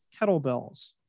kettlebells